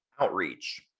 Outreach